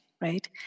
right